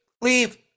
leave